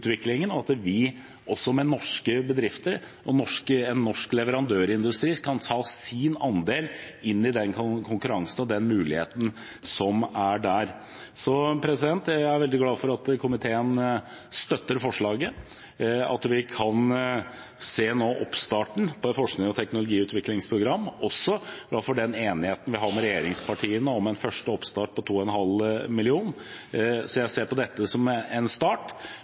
den teknologiutviklingen, og at også norske bedrifter og en norsk leverandørindustri kan ta sin andel av konkurransen og mulighetene som er der. Jeg er veldig glad for at komiteen støtter forslaget, at vi nå kan se oppstarten på både forsknings- og teknologiutviklingsprogram og for den enigheten vi har med regjeringspartiene om en første oppstart på 2,5 mill. kr. Så jeg ser på dette som en start,